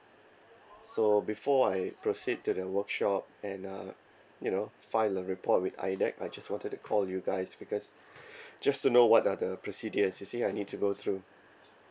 so before I proceed to the workshop and uh you know file the report with IDAC I just wanted to call you guys because just to know what are the procedures you see I need to go through